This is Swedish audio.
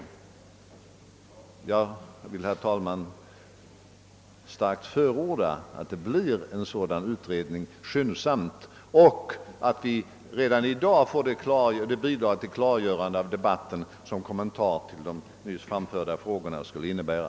Jag vill, herr talman, starkt förorda att en sådan utredning företas skyndsamt och att vi redan i dag får det bidrag till ett klargörande av debatten som en kommentar till de nyss framställda frågorna skulle innebära.